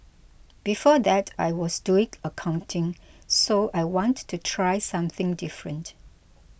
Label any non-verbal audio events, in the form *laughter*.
before that I was doing *unintelligible* accounting so I want to try something different